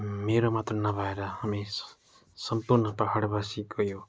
मेरो मात्र नभएर हामी सम्पूर्ण पाहाडवासीको यो